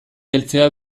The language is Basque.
heltzea